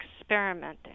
experimenting